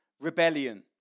rebellion